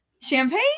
Champagne